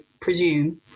presume